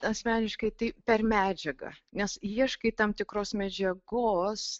asmeniškai tai per medžiagą nes ieškai tam tikros medžiagos